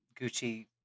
Gucci